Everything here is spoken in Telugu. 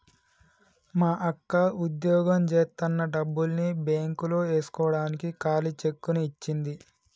మా అక్క వుద్యోగం జేత్తన్న డబ్బుల్ని బ్యేంకులో యేస్కోడానికి ఖాళీ చెక్కుని ఇచ్చింది